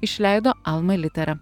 išleido alma litera